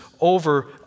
over